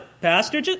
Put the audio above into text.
pastor